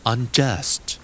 Unjust